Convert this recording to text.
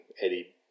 Eddie